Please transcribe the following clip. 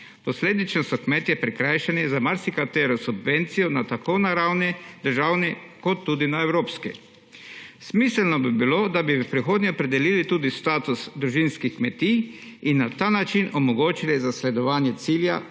Posledično so kmetje prikrajšani za marsikatero subvencijo tako na državni ravni kot tudi na evropski. Smiselno bi bilo, da bi v prihodnje opredelili tudi status družinskih kmetij in na ta način omogočili zasledovanje cilja